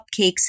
cupcakes